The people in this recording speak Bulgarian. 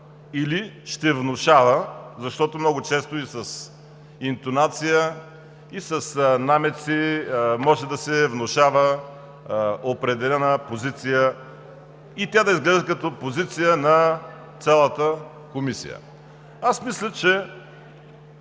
или ще внушава, защото много често и с интонация, и с намеци може да се внушава определена позиция и тя да изглежда като позиция на цялата комисия. Аз мисля, че